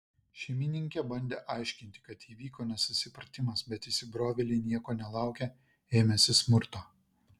šeimininkė bandė aiškinti kad įvyko nesusipratimas bet įsibrovėliai nieko nelaukę ėmėsi smurto